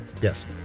Yes